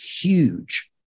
huge